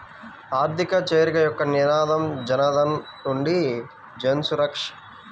ఆర్థిక చేరిక యొక్క నినాదం జనధన్ నుండి జన్సురక్ష